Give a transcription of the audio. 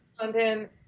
London